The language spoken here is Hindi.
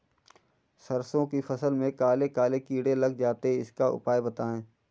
सरसो की फसल में काले काले कीड़े लग जाते इसका उपाय बताएं?